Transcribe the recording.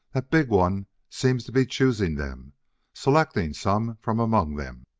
that big one seems to be choosing them selecting some from among them.